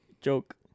joke